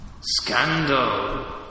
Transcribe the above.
Scandal